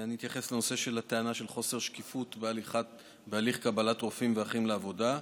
אני אתייחס לטענה של חוסר שקיפות בהליך קבלת רופאים ואחים לעבודה.